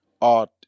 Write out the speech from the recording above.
art